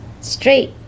straight